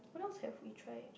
what else have we tried